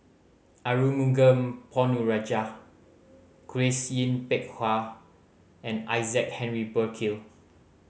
Arumugam Ponnu Rajah Grace Yin Peck Ha and Isaac Henry Burkill